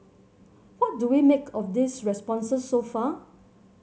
what do we make of these responses so far